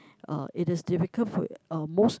uh it is difficult for uh most